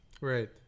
Right